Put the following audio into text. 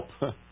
help